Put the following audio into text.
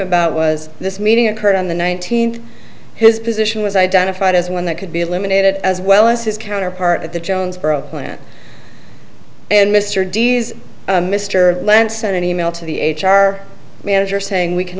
about was this meeting occurred on the nineteenth his position was identified as one that could be eliminated as well as his counterpart at the jonesboro plant and mr d's mr lance sent an e mail to the h r manager saying we can